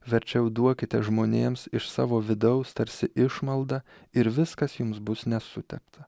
verčiau duokite žmonėms iš savo vidaus tarsi išmaldą ir viskas jums bus nesutepta